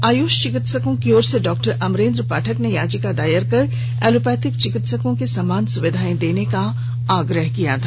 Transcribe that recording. आयुष चिकित्सकों की ओर से डॉक्टर अमरेन्द्र पाठक ने यचिका दायर कर एलोपैथिक चिकित्सकों के समान सुविधाएं देने का आग्रह किया था